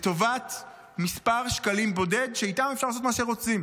לטובת מספר שקלים בודדים שאיתם אפשר לעשות מה שרוצים.